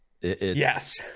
Yes